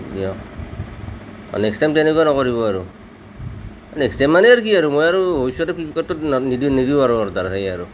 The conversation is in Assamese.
দিয়ক নেক্সট টাইম তেনেকুৱা নকৰিব আৰু নেক্সট টাইম মানে আৰু কি আৰু মই আৰু ভৱিষ্যতে ফ্লিপকাৰ্টত নিদিওঁ আৰু অৰ্ডাৰ সেয়াই আৰু